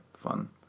fun